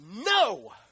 No